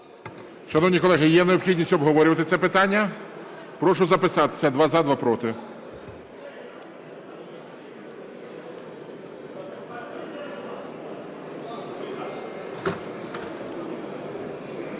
Шановні колеги, є необхідність обговорювати це питання? Прошу записатися: два – за, два – проти.